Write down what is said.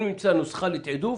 אם נמצאה נוסחה לתעדוף,